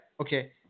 Okay